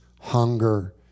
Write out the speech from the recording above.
hunger